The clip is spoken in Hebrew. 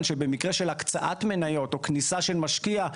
שבמקרה של הקצאת מניות או כניסה של משקיע,